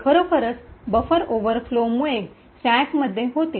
हे खरोखरच बफर ओव्हरफ्लोमुळे स्टॅकमध्ये होते